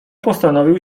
postanowił